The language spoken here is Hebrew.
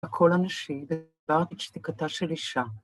‫הקול הנשי דבר משתיקתה של אישה.